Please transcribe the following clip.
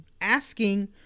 asking